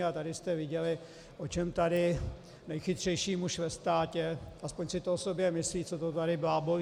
A tady jste viděli, o čem tady nejchytřejší muž ve státě, aspoň si to o sobě myslí, co to tady blábolí.